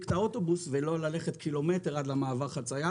את האוטובוס ולא ללכת קילומטר עד למעבר חציה,